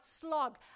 slog